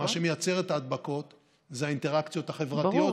ומה שמייצר את ההדבקות זה האינטראקציות החברתיות.